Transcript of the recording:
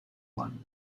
one